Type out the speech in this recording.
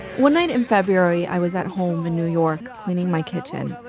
one night in february, i was at home in new york cleaning my kitchen.